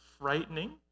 frightening